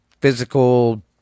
physical